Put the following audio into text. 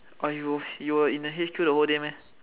oh you you were in the H_Q the whole day meh